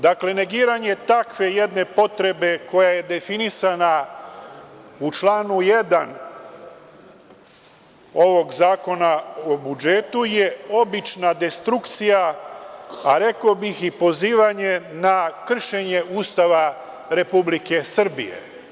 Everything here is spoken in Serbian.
Dakle, negiranje takve jedne potrebe koja je definisana u članu 1. ovog zakona o budžetu je obična destrukcija, a rekao bih i pozivanje na kršenje Ustava Republike Srbije.